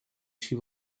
she